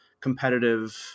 competitive